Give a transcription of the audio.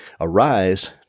arise